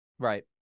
right